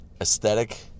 aesthetic